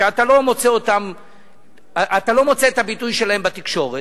שאתה לא מוצא את הביטוי שלהם בתקשורת,